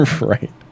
Right